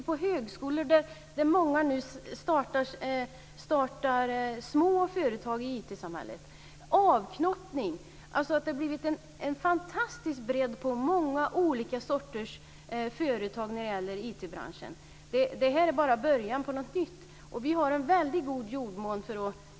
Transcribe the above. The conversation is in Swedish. På högskolorna är det många som startar små IT-företag. Det har blivit en fantastisk bredd på många olika sorters företag i IT branschen. Det här är bara början på någonting nytt.